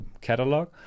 catalog